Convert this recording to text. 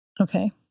Okay